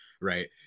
Right